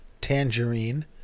Tangerine